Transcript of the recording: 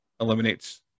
eliminates